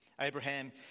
Abraham